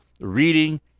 reading